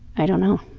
i don't know.